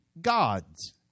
gods